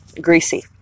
greasy